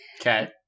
Okay